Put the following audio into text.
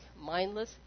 mindless